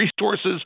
resources